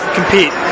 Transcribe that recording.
compete